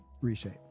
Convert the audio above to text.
Reshape